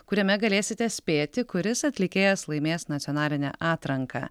kuriame galėsite spėti kuris atlikėjas laimės nacionalinę atranką